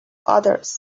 others